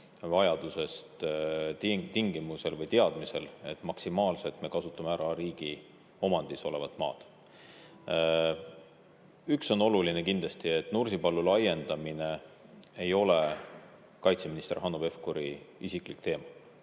vajadusel tingimusest või teadmisest, et maksimaalselt me kasutame ära riigi omandis olevat maad. Üks on oluline kindlasti, et Nursipalu laiendamine ei ole kaitseminister Hanno Pevkuri isiklik teema.